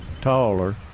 taller